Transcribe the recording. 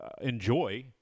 Enjoy